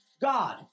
God